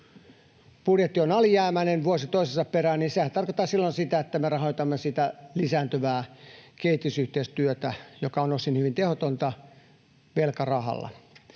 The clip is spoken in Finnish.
budjetti on alijäämäinen vuosi toisensa perään, niin sehän tarkoittaa silloin sitä, että me rahoitamme sitä lisääntyvää kehitysyhteistyötä — joka on osin hyvin tehotonta — velkarahalla.